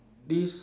this